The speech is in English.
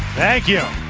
thank you!